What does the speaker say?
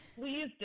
Please